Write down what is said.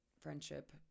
friendship